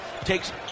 takes